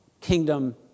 kingdom